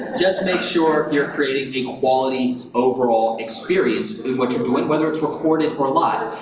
just make sure you're creating a quality overall experience with what you're doing whether it's recorded or live.